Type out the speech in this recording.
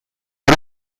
oro